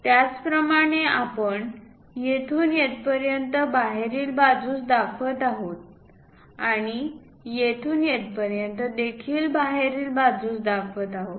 त्याच प्रमाणे आपण येथून येथपर्यंत बाहेरील बाजूस दाखवत आहोत आणि येथून येथपर्यंत देखील बाहेरील बाजूस दाखवत आहोत